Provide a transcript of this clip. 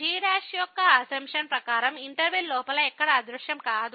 కానీ g యొక్క assumption ప్రకారం ఇంటర్వెల్ లోపల ఎక్కడా అదృశ్యం కాదు